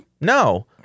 No